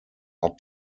hat